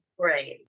Right